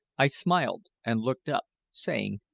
i smiled and looked up, saying,